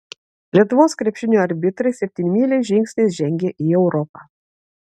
lietuvos krepšinio arbitrai septynmyliais žingsniais žengia į europą